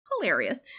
hilarious